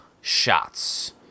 shots